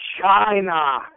China